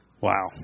Wow